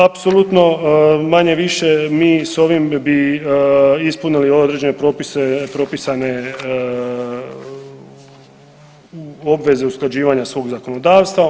Apsolutno manje-više mi s ovim bi ispunili određene propise propisane obveze usklađivanja svog zakonodavstva.